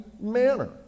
manner